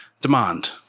demand